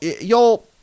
y'all